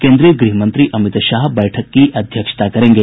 केंद्रीय गृह मंत्री अमित शाह बैठक की अध्यक्षता करेंगे